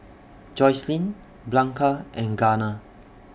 Joycelyn Blanca and Garner